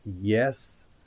yes